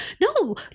No